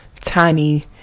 tiny